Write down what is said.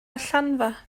allanfa